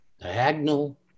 diagonal